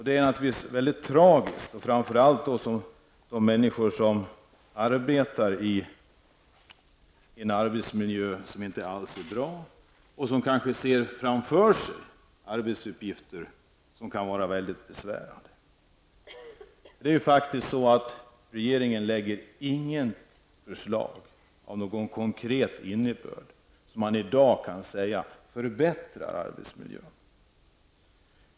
Det är naturligtvis mycket tragiskt, framför allt för människor som arbetar i arbetsmiljöer som inte alls är bra och som kanske ser framför sig arbetsuppgifter som kan vara mycket besvärande. Regeringen har faktiskt inte lagt fram något förslag av konkret innebörd som man i dag skulle kunna säga förbättrar arbetsmiljön.